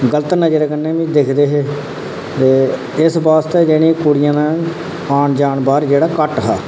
जेह्ड़े गलत नज़र कन्नै बी दिखदे इस आस्तै जेह्ड़े आन जान बाह्र जेह्ड़ा घट्ट हा